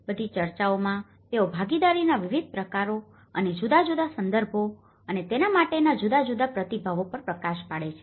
બધી ચર્ચાઓમાં તેઓ ભાગીદારીના વિવિધ પ્રકારો અને જુદા જુદા સંદર્ભો અને તેના માટેના જુદા જુદા પ્રતિભાવો પર પ્રકાશ પાડે છે